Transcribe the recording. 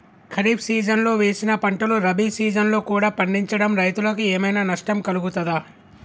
ఖరీఫ్ సీజన్లో వేసిన పంటలు రబీ సీజన్లో కూడా పండించడం రైతులకు ఏమైనా నష్టం కలుగుతదా?